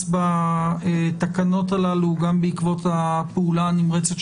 אנחנו עוסקים בתקנות סמכויות מיוחדות להתמודדות